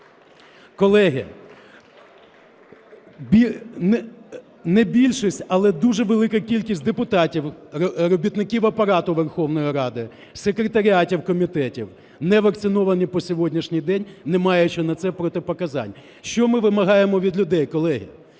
Колеги, не більшість, але дуже велика кількість депутатів, робітників Апарату Верховної Ради, секретаріатів комітетів не вакциновані по сьогоднішній день, не маючи на це протипоказань. Що ми вимагаємо від людей, колеги?